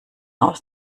aus